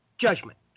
judgment